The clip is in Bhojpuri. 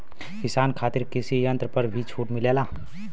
किसान खातिर कृषि यंत्र पर भी छूट मिलेला?